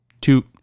two